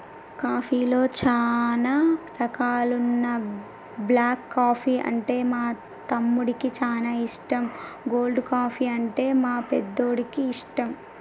కాఫీలో చానా రకాలున్న బ్లాక్ కాఫీ అంటే మా తమ్మునికి చానా ఇష్టం, కోల్డ్ కాఫీ, అంటే మా పెద్దోడికి ఇష్టం